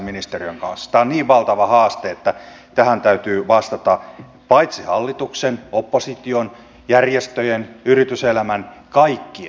tämä on niin valtava haaste että tähän täytyy vastata paitsi hallituksen opposition järjestöjen yrityselämän kaikkien